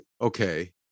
okay